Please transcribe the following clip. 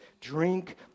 drink